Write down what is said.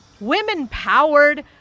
women-powered